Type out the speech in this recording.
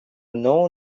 know